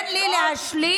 את אזרחית מדינת ישראל.